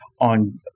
on